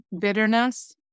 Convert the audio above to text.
bitterness